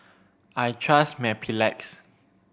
I trust Mepilex